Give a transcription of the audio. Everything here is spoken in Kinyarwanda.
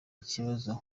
ikibazo